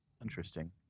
Interesting